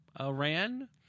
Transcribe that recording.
Iran